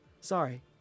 Sorry